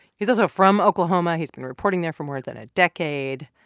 he's also from oklahoma. he's been reporting there for more than a decade.